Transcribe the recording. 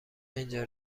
اینجا